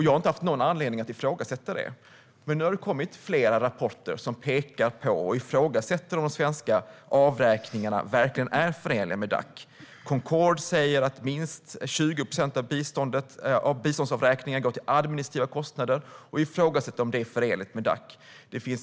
Jag har inte haft någon anledning att ifrågasätta detta, men nu har det kommit flera rapporter som ifrågasätter om de svenska avräkningarna verkligen är förenliga med Dacs regelverk. Concord säger att minst 20 procent av biståndsavräkningarna går till administrativa kostnader och ifrågasätter om det är förenligt med Dacs regelverk.